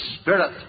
Spirit